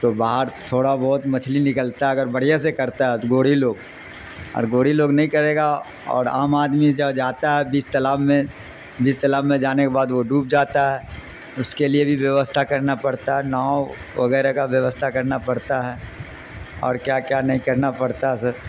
تو باہر تھوڑا بہت مچھلی نکلتا ہے اگر بڑھے سے کرتا ہے گوڑی لوگ اور گوڑی لوگ نہیں کرے گا اور عام آدمی جب جاتا ہے بیچ تالاب میں بیچج تالابب میں جانے کے بعد وہ ڈوب جاتا ہے اس کے لیے بھی بیوستھا کرنا پڑتا ہے ناؤ وغیرہ کا بیوستھا کرنا پڑتا ہے اور کیا کیا نہیں کرنا پڑتا ہے سر